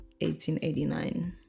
1889